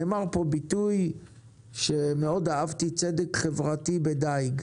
נאמר פה ביטוי שאהבתי מאוד: צדק חברתי בדיג.